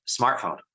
smartphone